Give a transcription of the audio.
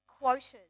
quotas